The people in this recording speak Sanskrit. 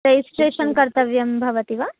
रेजिस्ट्रेषन् कर्तव्यं भवति वा